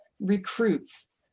recruits